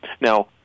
Now